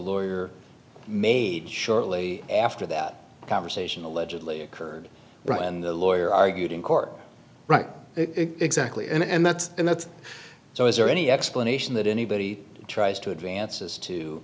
lawyer made shortly after that conversation allegedly occurred in the lawyer argued in court right exactly and that's and that's so is there any explanation that anybody tries to advances to